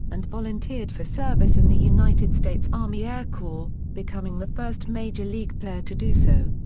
and volunteered for service in the united states army air corps, becoming the first major league player to do so.